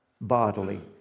bodily